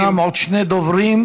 ישנם עוד שני דוברים.